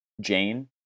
Jane